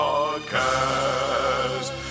Podcast